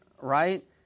right